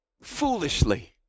foolishly